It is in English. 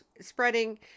spreading